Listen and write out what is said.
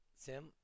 sim